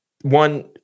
one